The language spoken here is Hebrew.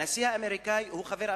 הנשיא האמריקני הוא חבר אמיתי,